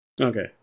Okay